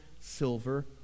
silver